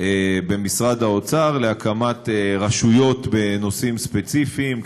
במשרד האוצר להקמת רשויות בנושאים ספציפיים,